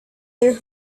their